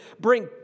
bring